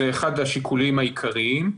זה אחד השיקולים העיקריים.